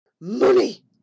Money